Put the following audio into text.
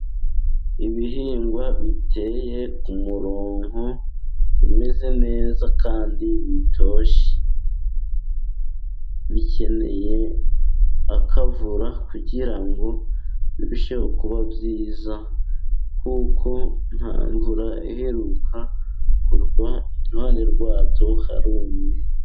Ibihingwa biteye ku murongo bimeze neza kandi bitoshye. Bikeneye akavura kugira ngo birusheho kuba byiza, kuko nta mvura iheruka kugwa, iruhande rwabyo harumye.